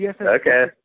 Okay